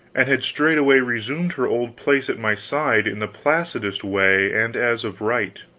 and had straightway resumed her old place at my side in the placidest way and as of right.